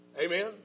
Amen